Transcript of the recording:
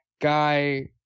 guy